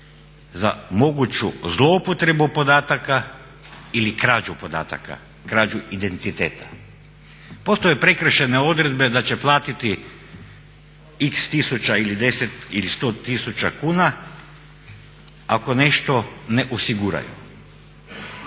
za moguću zlouporabu podataka ili krađu podataka, krađu identiteta. Postoje prekršajne odredbe da će platiti x tisuća ili 10 ili 100 tisuća kuna ako nešto ne osiguraju.